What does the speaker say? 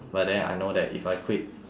but then I know that if I quit